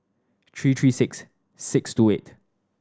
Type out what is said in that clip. three three six six two eight